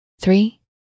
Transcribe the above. three